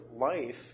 life